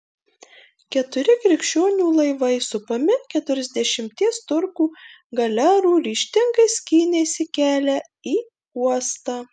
keturi krikščionių laivai supami keturiasdešimties turkų galerų ryžtingai skynėsi kelią į uostą